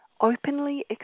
Openly